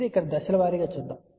కాబట్టి దశలో వారీ గా వెళదాం